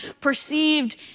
perceived